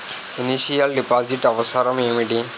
Initial deposit అవసరం ఏమిటి?